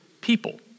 people